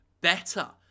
better